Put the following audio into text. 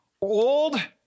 old